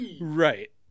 right